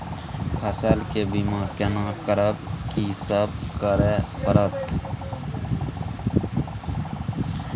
फसल के बीमा केना करब, की सब करय परत?